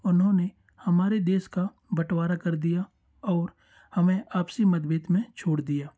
उन्होंने हमारे देश का बटवारा कर दिया और हमें आपसी मतभेद में छोड़ दिया